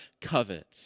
covet